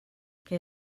què